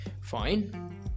Fine